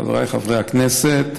חבריי חברי הכנסת,